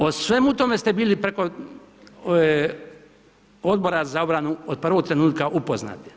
O svemu tome ste bili preko Odbora za obranu od prvog trenutka upoznati.